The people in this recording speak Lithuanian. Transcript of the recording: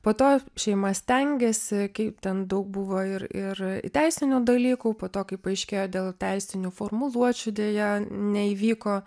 po to šeima stengėsi kaip ten daug buvo ir ir teisinių dalykų po to kai paaiškėjo dėl teisinių formuluočių deja neįvyko